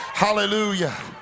hallelujah